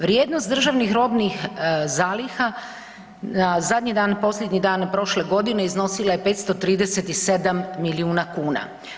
Vrijednost državnih robnih zaliha zadnji dan, posljednji dan prošle godine iznosila je 537 milijuna kuna.